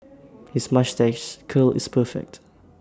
his moustache curl is perfect